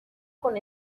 con